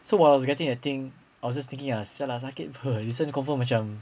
so while I was getting that thing I was just thinking ah sia lah sakit [pe] this one confirm macam